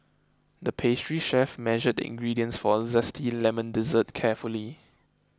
the pastry chef measured the ingredients for a Zesty Lemon Dessert carefully